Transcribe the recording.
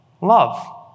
love